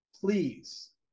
please